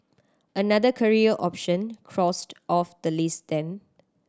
another career option crossed off the list then